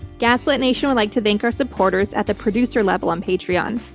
gaslit nation would like to thank our supporters at the producer level on patreon.